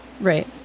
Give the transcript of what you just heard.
Right